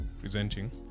presenting